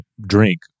drink